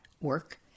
work